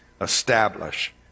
establish